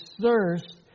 thirst